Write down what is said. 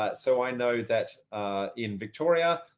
but so i know that in victoria,